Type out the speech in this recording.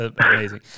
amazing